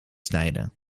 snijden